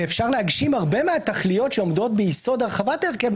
אפשר להגשים הרבה מהתכליות שעומדות ביסוד הרחבת ההרכב,